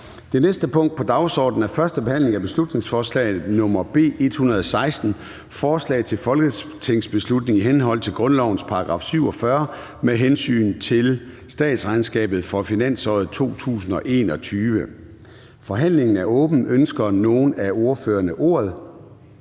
Det næste punkt på dagsordenen er: 9) 1. behandling af beslutningsforslag nr. B 116: Forslag til folketingsbeslutning i henhold til grundlovens § 47 med hensyn til statsregnskabet for finansåret 2021. (Forslaget som fremsat